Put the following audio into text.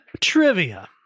Trivia